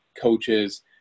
coaches